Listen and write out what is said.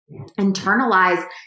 internalize